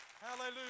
Hallelujah